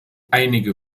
einige